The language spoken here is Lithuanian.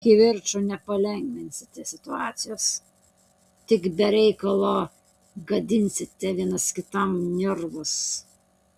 kivirču nepalengvinsite situacijos tik be reikalo gadinsite vienas kitam nervus